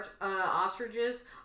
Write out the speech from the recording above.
ostriches